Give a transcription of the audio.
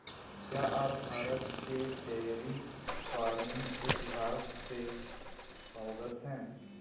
क्या आप भारत के डेयरी फार्मिंग इतिहास से अवगत हैं?